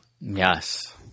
Yes